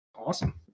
Awesome